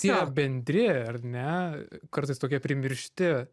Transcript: tie bendri ar ne kartais tokie primiršti